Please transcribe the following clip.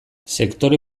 sektore